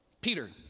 Peter